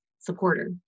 supporter